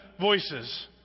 voices